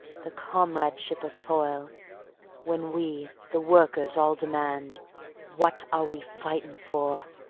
the comradeship of toil when we, the workers, all demand what are we fighting for.